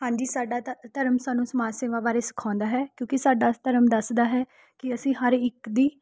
ਹਾਂਜੀ ਸਾਡਾ ਧ ਧਰਮ ਸਾਨੂੰ ਸਮਾਜ ਸੇਵਾ ਬਾਰੇ ਸਿਖਾਉਂਦਾ ਹੈ ਕਿਉਂਕਿ ਸਾਡਾ ਧਰਮ ਦੱਸਦਾ ਹੈ ਕਿ ਅਸੀਂ ਹਰ ਇੱਕ ਦੀ